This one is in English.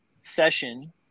session